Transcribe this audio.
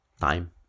Time